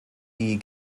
die